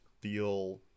feel